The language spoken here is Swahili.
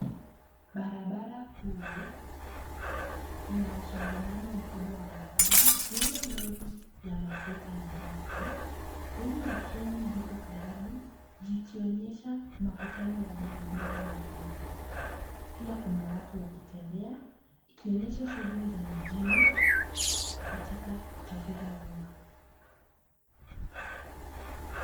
Barabara kuu ina msongamano mkubwa wa magari ikiwemo lori ya mafuta na basi. Reli ya treni zipo karibu zikionyesha makutano ya barabara na reli. Pia kuna watu wakitembea ikionyesha shughuli za mijini katika usafiri wa uma.